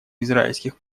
израильских